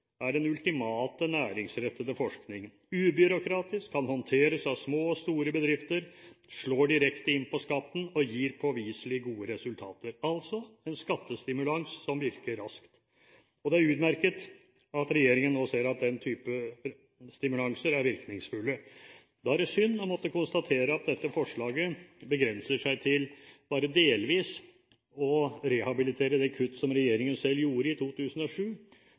er den ultimate næringsrettede forskning: ubyråkratisk, kan håndteres av små og store bedrifter, slår direkte inn på skatten og gir påviselig gode resultater – altså en skattestimulans som virker raskt. Det er utmerket at regjeringen nå ser at den type stimulans er virkningsfull. Da er det synd å måtte konstatere at dette forslaget begrenser seg til bare delvis å rehabilitere det kutt som regjeringen selv gjorde i 2007,